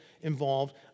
involved